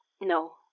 no